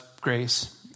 grace